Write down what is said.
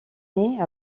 née